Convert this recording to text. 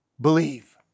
believe